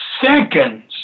seconds